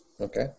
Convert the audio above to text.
Okay